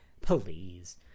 Please